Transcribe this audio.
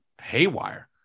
haywire